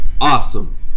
awesome